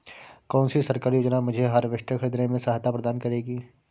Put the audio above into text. कौन सी सरकारी योजना मुझे हार्वेस्टर ख़रीदने में सहायता प्रदान करेगी?